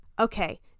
Okay